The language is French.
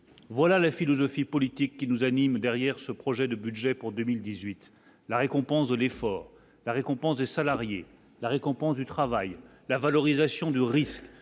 voilà la philosophie politique qui nous anime, derrière ce projet de budget pour 2018 la récompense de l'effort, la récompense des salariés, la récompense du travail, la valorisation du risque,